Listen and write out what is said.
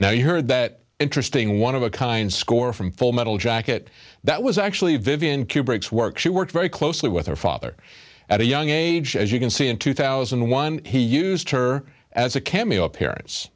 now you heard that interesting one of a kind score from full metal jacket that was actually vivienne kubrick's work she worked very closely with her father at a young age as you can see in two thousand and one he used her as a cameo appearance